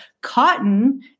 cotton